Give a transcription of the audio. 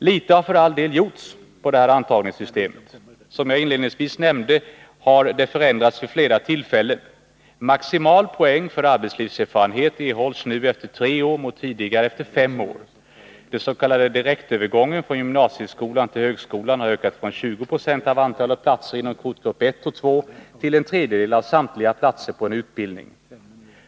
Litet har för all del gjorts på området. Som jag inledningsvis nämnde har antagningssystemet förändrats vid flera tillfällen. Maximal poäng för arbetslivserfarenhet erhålls nu efter tre år mot tidigare efter fem år. direktövergången från gymnasieskolan till högskolan har ökat från 20 90 av antalet platser inom kvotgrupp 1 och 2 till en tredjedel av samtliga platser på en utbildning.